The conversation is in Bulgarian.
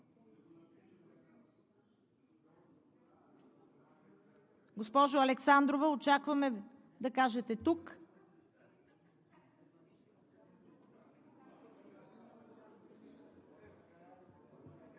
Госпожо Александрова, очакваме да кажете: тук.